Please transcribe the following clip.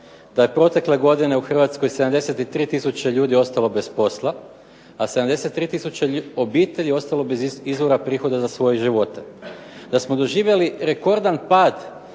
da je protekle godine u Hrvatskoj 73000 ljudi ostalo bez posla, a 73000 obitelji ostalo bez izvora prihoda za svoje živote. Da smo doživjeli rekordan pad